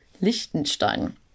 Liechtenstein